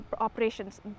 operations